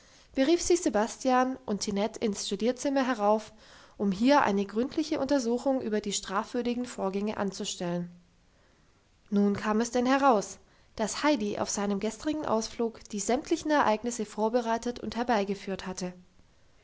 berief sie sebastian und tinette ins studierzimmer herauf um hier eine gründliche untersuchung über die strafwürdigen vorgänge anzustellen nun kam es denn heraus dass heidi auf seinem gestrigen ausflug die sämtlichen ereignisse vorbereitet und herbeigeführt hatte